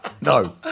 No